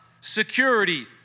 security